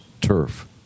turf